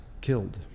killed